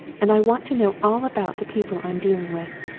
and i want to know all about the people i'm dealing with.